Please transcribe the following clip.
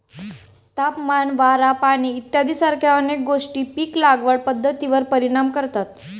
तापमान, वारा, पाणी इत्यादीसारख्या अनेक गोष्टी पीक लागवड पद्धतीवर परिणाम करतात